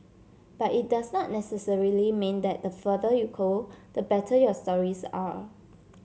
but it doesn't necessarily mean that the farther you go the better your stories are